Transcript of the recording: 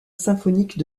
symphonique